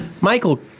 Michael